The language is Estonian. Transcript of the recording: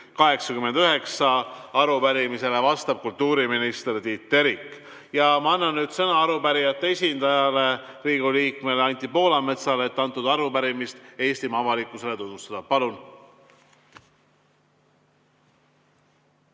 89. Arupärimisele vastab kultuuriminister Tiit Terik. Ma annan nüüd sõna arupärijate esindajale Riigikogu liikmele Anti Poolametsale, kes arupärimist Eestimaa avalikkusele tutvustab. Palun!